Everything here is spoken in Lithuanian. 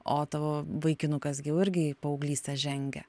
o tavo vaikinukas gi jau irgi į paauglystę žengia